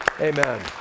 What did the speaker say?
Amen